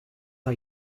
are